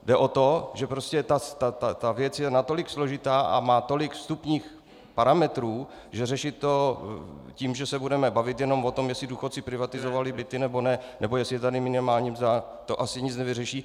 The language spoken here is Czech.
Jde o to, že věc je natolik složitá a má tolik vstupních parametrů, že řešit to tím, že se budeme bavit jenom o tom, jestli důchodci privatizovali byty, nebo ne, nebo jestli je tady minimální mzda, to asi nic nevyřeší.